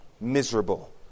miserable